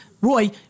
Roy